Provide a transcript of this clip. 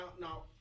now